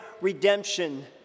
redemption